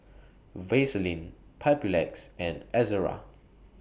Vaselin Papulex and Ezerra